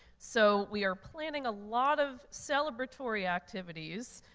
so we are planning a lot of celebratory activities,